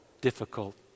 difficult